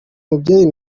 mubyeyi